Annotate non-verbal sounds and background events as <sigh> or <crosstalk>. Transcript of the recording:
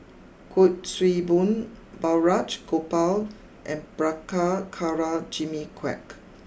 Kuik Swee Boon Balraj Gopal and <unintelligible> Jimmy Quek